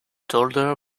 toddler